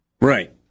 Right